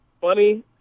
funny